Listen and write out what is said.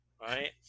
right